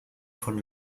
von